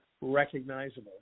recognizable